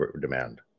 demand